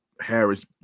harris